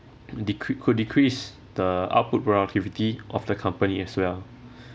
decre~ could decrease the output productivity of the company as well